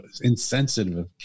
insensitive